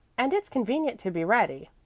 and it's convenient to be ready.